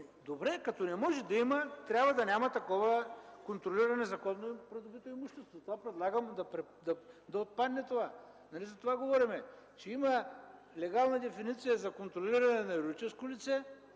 Добре, като не може да има, тогава не трябва да има такова контролиране на незаконно придобито имущество. Затова предлагам това да отпадне. Нали за това говорим? – има легална дефиниция за контролиране на юридическо лице,